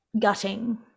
gutting